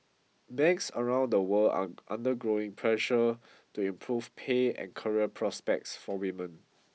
banks around the world are under growing pressure to improve pay and career prospects for women